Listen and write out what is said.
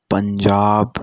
Punjab